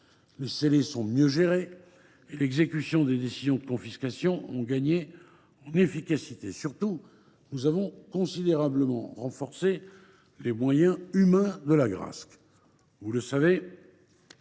Les scellés sont mieux gérés et l’exécution des décisions de confiscation a gagné en efficacité. Surtout, nous avons considérablement renforcé les moyens humains de l’Agrasc. Vous le savez,